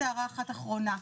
ועוד הערה אחת אחרונה,